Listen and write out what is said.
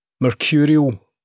mercurial